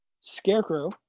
Scarecrow